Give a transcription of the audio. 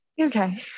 Okay